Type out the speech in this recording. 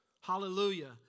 Hallelujah